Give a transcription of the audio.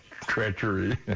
treachery